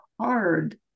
hard